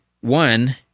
one